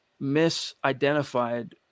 misidentified